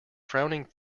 frowning